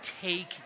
take